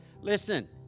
Listen